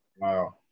Wow